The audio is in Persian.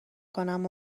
کنم